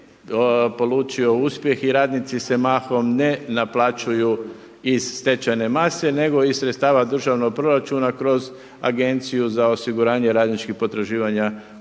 polučio uspjeh i radnici se mahom ne naplaćuju iz stečajne mase, nego iz sredstava državnog proračuna kroz Agenciju za osiguranje radničkih potraživanja